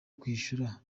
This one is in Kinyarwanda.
kwishyura